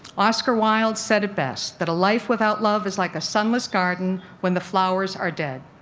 oscar wilde said it best, that a life without love is like a sunless garden when the flowers are dead.